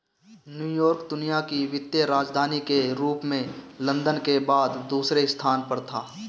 New York दुनिया की वित्तीय राजधानी के रूप में लंदन के बाद दूसरे स्थान पर था